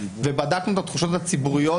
ובדקנו את התחושות הציבוריות.